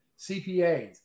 CPAs